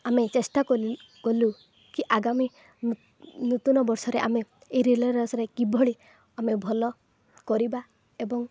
ଆମେ ଚେଷ୍ଟା କଲୁ କଲୁ କି ଆଗାମୀ ନୂତନ ବର୍ଷରେ ଆମେ ଏ ରିଲେ ରେସ୍ରେ କିଭଳି ଆମେ ଭଲ କରିବା ଏବଂ